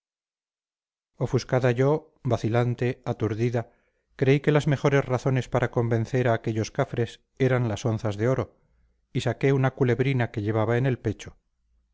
ofuscada yo vacilante aturdida creí que las mejores razones para convencer a aquellos cafres eran las onzas de oro y saqué una culebrina que llevaba en el pecho